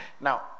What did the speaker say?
Now